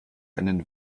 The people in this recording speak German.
einen